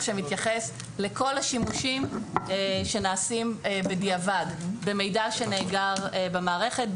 שמתייחס לכל השימושים שנעשים בדיעבד במידע שנאגר במערכת,